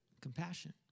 compassion